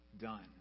done